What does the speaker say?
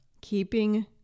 keeping